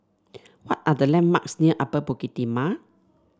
what are the landmarks near Upper Bukit Timah